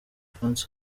fans